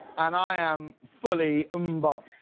and i am fully m bop.